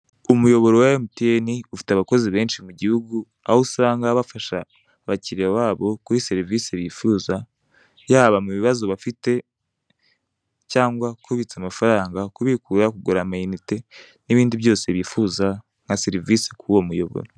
Umuyoboro wa emutiyeni ufite abakozi benshi mu gihugu aho usanga bafasha abakiriya babo kuri serivise bifuza, yaba mu bibazo bafite cyangwa kubitsa amafaranga, kubikura, kugura amayinite n'ibindi byose bifuza nka serivise kuri iwo muyoboro.